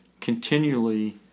continually